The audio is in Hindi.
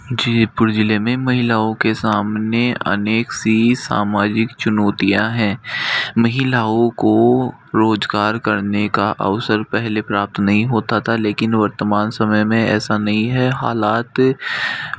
जयपुर ज़िले में महिलाओं के सामने अनेक सी सामाजिक चुनौतियाँ हैं महिलाओं को रोज़गार करने का अवसर पहले प्राप्त नहीं होता था लेकिन वर्तमान समय में ऐसा नहीं है हालात